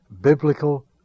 biblical